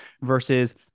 versus